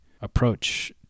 approach